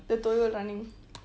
the toyol running